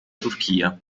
turchia